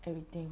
everything